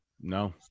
No